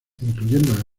incluyendo